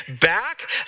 back